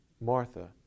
Martha